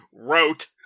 wrote